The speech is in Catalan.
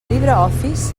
libreoffice